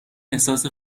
احساس